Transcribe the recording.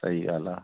सही ॻाल्हि आहे